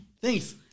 Thanks